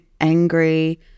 angry